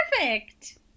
perfect